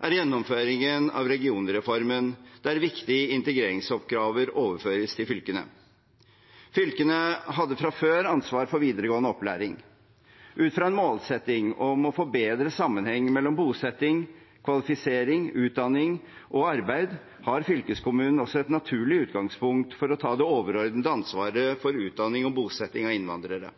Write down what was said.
er gjennomføringen av regionreformen, der viktige integreringsoppgaver overføres til fylkene. Fylkene hadde fra før ansvaret for videregående opplæring. Ut fra en målsetting om å få bedre sammenheng mellom bosetting, kvalifisering, utdanning og arbeid har fylkeskommunen også et naturlig utgangspunkt for å ta det overordnede ansvaret for utdanning og bosetting av innvandrere.